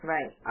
Right